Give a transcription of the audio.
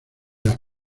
las